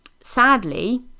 sadly